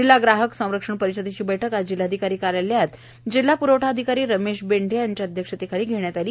जिल्हा ग्राहक संरक्षण परिषदेची बैठक आज जिल्हाधिकारी कार्यालयात जिल्हा पुरवठा अधिकारी रमेश बेंडे यांच्या अध्यक्षतेखाली घेण्यात आली